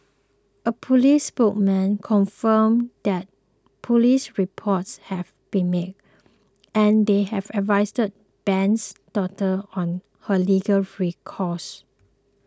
a police spokesman confirmed that police reports had been made and they had advised Ben's daughter on her legal recourse